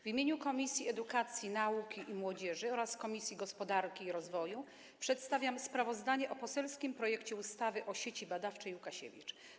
W imieniu Komisji Edukacji, Nauki i Młodzieży oraz Komisji Gospodarki i Rozwoju przedstawiam sprawozdanie o poselskim projekcie ustawy o Sieci Badawczej Łukasiewicz.